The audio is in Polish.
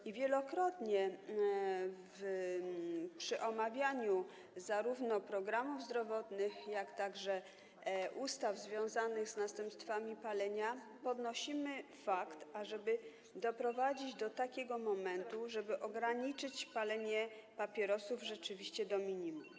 I wielokrotnie przy omawianiu zarówno programów zdrowotnych, jak i ustaw związanych z następstwami palenia, podnosimy to, ażeby doprowadzić do takiego momentu, w którym ograniczy się palenie papierosów rzeczywiście do minimum.